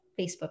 Facebook